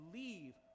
leave